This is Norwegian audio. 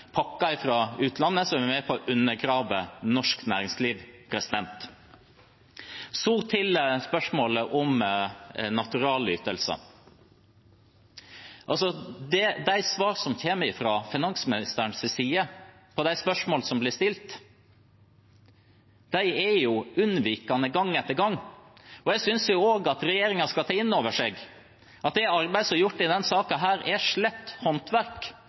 utlandet, som er med på å undergrave norsk næringsliv. Så til spørsmålet om naturalytelser: De svarene som kommer fra finansministeren på de spørsmålene som blir stilt, er unnvikende gang etter gang. Jeg synes regjeringen også skal ta innover seg at det arbeidet som er gjort i denne saken, er slett håndverk,